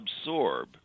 absorb